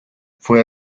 fue